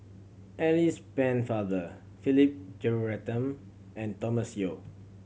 Alice Pennefather Philip Jeyaretnam and Thomas Yeo